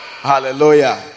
hallelujah